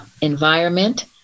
environment